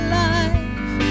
life